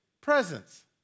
presence